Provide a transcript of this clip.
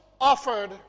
offered